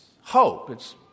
hope—it's